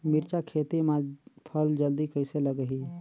मिरचा खेती मां फल जल्दी कइसे लगही?